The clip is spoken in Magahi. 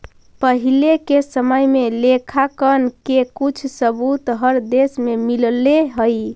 पहिले के समय में लेखांकन के कुछ सबूत हर देश में मिलले हई